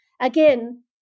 Again